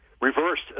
reversed